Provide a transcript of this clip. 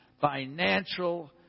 financial